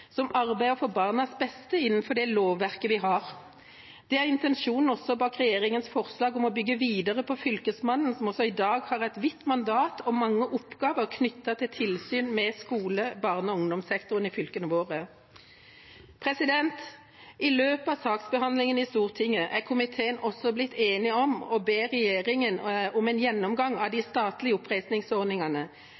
som arbeider for barnas beste innenfor det lovverket vi har. Det er intensjonen også bak regjeringas forslag om å bygge videre på Fylkesmannen, som også i dag har et vidt mandat og mange oppgaver knyttet til tilsyn med skole-, barne- og ungdomssektoren i fylkene våre. I løpet av saksbehandlingen i Stortinget er komiteen også blitt enig om å be regjeringa foreta en gjennomgang av de